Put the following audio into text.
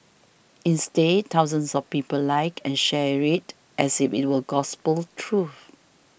instead thousands of people liked and shared it as if it were gospel truth